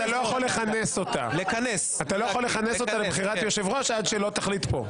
אתה לא יכול לכנס אותה לבחירת יושב-ראש עד שלא תחליט פה.